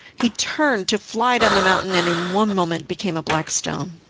he turned to fly down the mountain, and in one moment became a black stone.